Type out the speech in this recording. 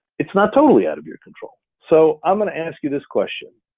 it's not totally out of your control. so i'm gonna ask you this question,